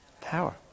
Power